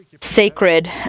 sacred